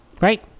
Right